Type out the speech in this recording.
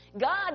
God